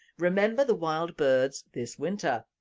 remember the wild birds this winter.